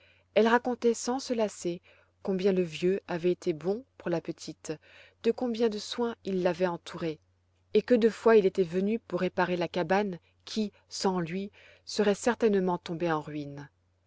elle racontait sans se lasser combien le vieux avait été bon pour la petite de combien de soins il l'avait entourée et que de fois il était venu pour réparer la cabane qui sans lui serait certainement tombée en ruines